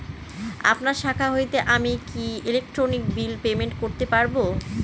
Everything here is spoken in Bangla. আপনার শাখা হইতে আমি কি ইলেকট্রিক বিল পেমেন্ট করতে পারব?